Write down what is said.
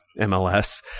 MLS